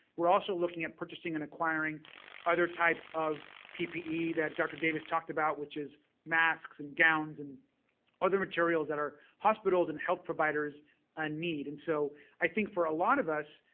we're also looking at purchasing and acquiring other types of ppe that dr. davis talked about which is masks, and gowns, and other materials that our hospitals and health providers ah need. and so i think for a lot of us,